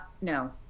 No